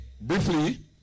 briefly